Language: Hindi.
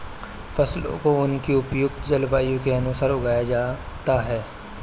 फसलों को उनकी उपयुक्त जलवायु के अनुसार उगाया जाता है